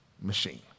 machine